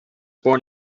born